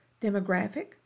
Demographic